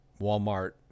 walmart